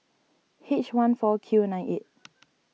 H one four Q nine eight